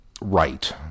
right